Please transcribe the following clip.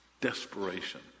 Desperation